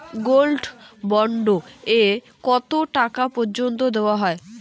Gold bond এ কতো টাকা পর্যন্ত দেওয়া হয়?